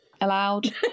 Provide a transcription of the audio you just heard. allowed